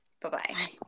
Bye-bye